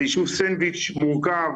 זה יישוב סנדוויץ' מורכב